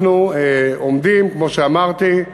אנחנו עומדים, כמו שאמרתי,